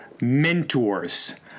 mentors